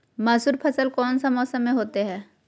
मसूर फसल कौन सा मौसम में होते हैं?